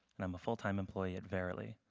and i'm a full-time employee at verily.